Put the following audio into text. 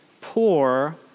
poor